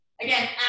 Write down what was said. Again